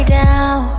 down